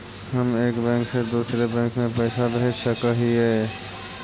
हम एक बैंक से दुसर बैंक में पैसा भेज सक हिय?